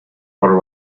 por